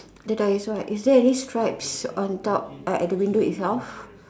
the door is what is there any stripes on top at the window itself